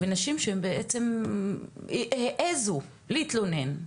ונשים שהן בעצם "העזו" להתלונן,